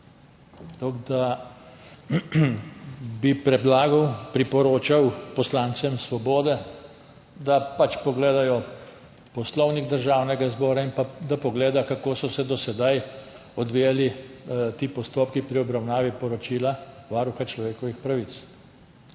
Tako da bi predlagal, priporočal poslancem Svobode, da pogledajo Poslovnik Državnega zbora in da pogledajo, kako so se do sedaj odvijali ti postopki pri obravnavi poročila Varuha človekovih pravic.